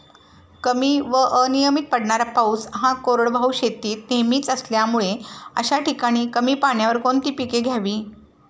कमी व अनियमित पडणारा पाऊस हा कोरडवाहू शेतीत नेहमीचा असल्यामुळे अशा ठिकाणी कमी पाण्यावर कोणती पिके घ्यावी?